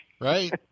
Right